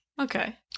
Okay